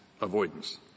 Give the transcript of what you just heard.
avoidance